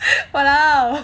!walao!